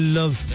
love